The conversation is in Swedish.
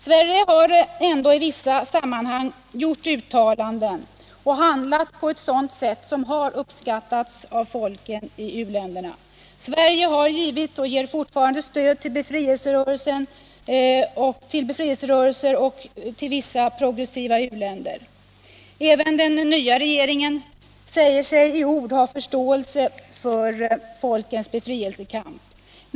Sverige har ändå i vissa sammanhang gjort uttalanden och handlat på ett sätt som har uppskattats av folken i många u-länder. Sverige har givit och ger fortfarande stöd till befrielserörelser och vissa progressiva u-länder. Även den nya regeringen säger sig i ord ha förståelse för folkens befrielsekamp.